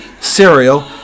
cereal